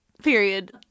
Period